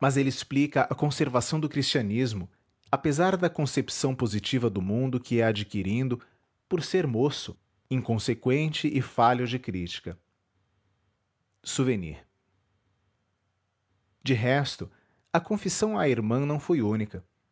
mas ele explica a conservação do cristianismo apesar da concepção positiva do mundo que ia adquirindo por ser moço inconseqüente e falho de crítica souvenirs de resto a confissão à irmã não foi única